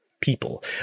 people